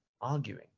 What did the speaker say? arguing